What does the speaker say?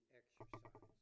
exercise